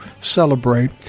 celebrate